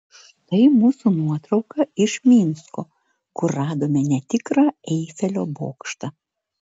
štai mūsų nuotrauka iš minsko kur radome netikrą eifelio bokštą